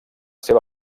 seva